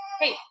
hey